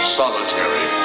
solitary